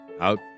out